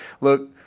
Look